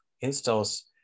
installs